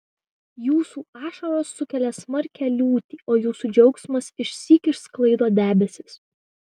jūsų ašaros sukelia smarkią liūtį o jūsų džiaugsmas išsyk išsklaido debesis